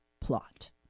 plot